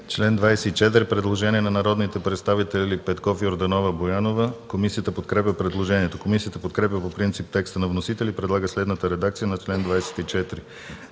чл. 34 – предложение на народните представители Петков, Йорданова и Боянова. Комисията подкрепя предложението. Комисията подкрепя по принцип теста на вносителя за чл. 34 и предлага следната редакция: „Чл. 34.